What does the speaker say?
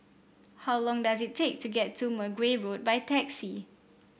how long does it take to get to Mergui Road by taxi